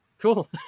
cool